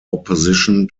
opposition